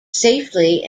safely